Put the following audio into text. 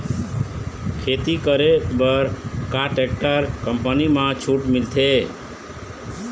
खेती करे बर का टेक्टर कंपनी म छूट मिलथे?